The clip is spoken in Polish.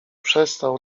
przestał